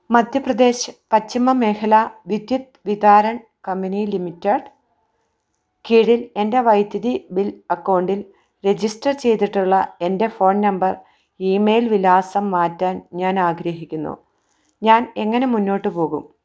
മധ്യപ്രദേശ് പശ്ചിമ മേഖല Vidyut Vitaran company limited കീഴിൽ എൻ്റെ വൈദ്യുതി ബിൽ അക്കൗണ്ടിൽ രജിസ്റ്റർ ചെയ്തിട്ടുള്ള എൻ്റെ ഫോൺ നമ്പർ ഇമെയിൽ വിലാസം മാറ്റാൻ ഞാൻ ആഗ്രഹിക്കുന്നു ഞാൻ എങ്ങനെ മുന്നോട്ട് പോകും